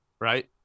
right